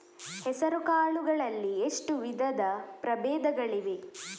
ಹೆಸರುಕಾಳು ಗಳಲ್ಲಿ ಎಷ್ಟು ವಿಧದ ಪ್ರಬೇಧಗಳಿವೆ?